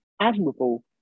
admirable